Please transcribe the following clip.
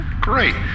great